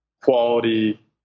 quality